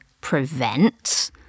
prevent